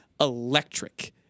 electric